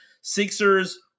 sixers